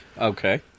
Okay